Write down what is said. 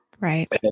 Right